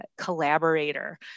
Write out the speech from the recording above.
collaborator